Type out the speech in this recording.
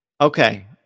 Okay